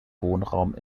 wohnraum